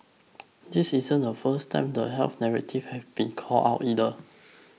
this isn't the first time the health narratives have been called out either